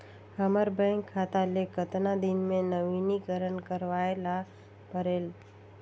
हमर बैंक खाता ले कतना दिन मे नवीनीकरण करवाय ला परेल?